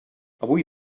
avui